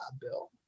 Bill